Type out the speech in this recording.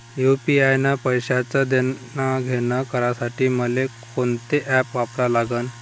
UPI न पैशाचं देणंघेणं करासाठी मले कोनते ॲप वापरा लागन?